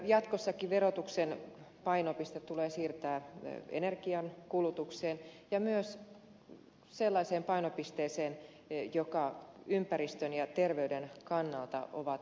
jatkossakin verotuksen painopistettä tulee siirtää energiankulutukseen ja myös sellaisiin kohteisiin jotka ympäristön ja terveyden kannalta ovat haitallisia